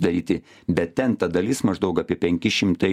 daryti bet ten ta dalis maždaug apie penki šimtai